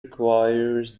requires